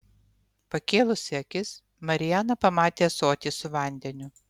pakėlusi akis mariana pamatė ąsotį su vandeniu